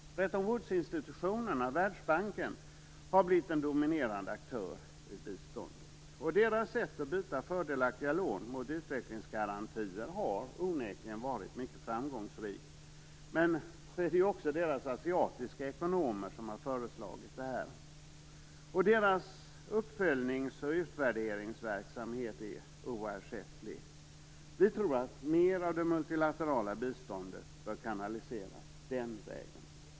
Bretton Woods-institutionerna, Världsbanken, har blivit en dominerande aktör i biståndet. Deras sätt att byta fördelaktiga lån mot utvecklingsgarantier har onekligen varit mycket framgångsrikt - men så är det ju också deras asiatiska ekonomer som föreslagit det. Deras uppföljnings och utvärderingsverksamhet är oersättlig. Vi tror att mer av det multilaterala biståndet bör kanaliseras den vägen.